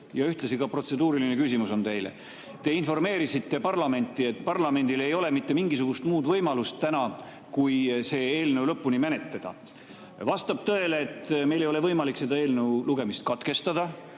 ja ühtlasi protseduuriline küsimus on teile see. Te informeerisite parlamenti, et parlamendil ei ole täna mitte mingisugust muud võimalust kui see eelnõu lõpuni menetleda. Vastab tõele, et meil ei ole võimalik eelnõu lugemist katkestada